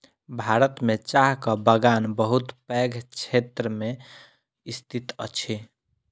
भारत में चाहक बगान बहुत पैघ क्षेत्र में स्थित अछि